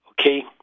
Okay